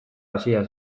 hasia